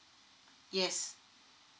yes